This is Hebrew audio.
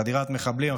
חדירת מחבלים,